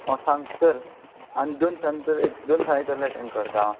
हांव सांगता तर आनी दिसां भितर दोन दिसां येतले टेंकर